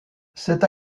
cette